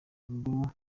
ubwo